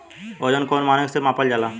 वजन कौन मानक से मापल जाला?